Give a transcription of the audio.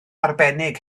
arbennig